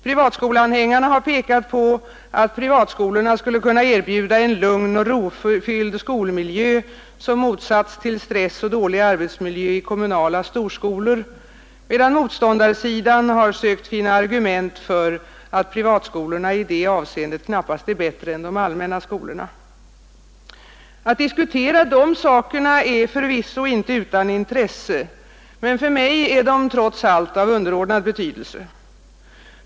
Privatskoleanhängarna har pekat på att privatskolorna skulle kunna erbjuda en lugn och rofylld skolmiljö som motsats till stress och dålig arbetsmiljö i kommunala storskolor, medan motståndarsidan sökt finna argument för att privatskolorna i det avseendet knappast är bättre än de allmänna skolorna. Att diskutera dessa saker är förvisso inte utan intresse, men för mig är de trots allt av underordnad betydelse.